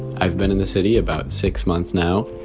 i've been in the city about six months now,